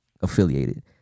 affiliated